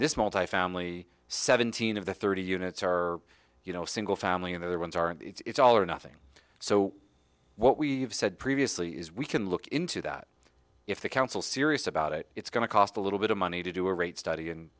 this multifamily seventeen of the thirty units are you know single family and other ones are it's all or nothing so what we've said previously is we can look into that if the council serious about it it's going to cost a little bit of money to do a rate study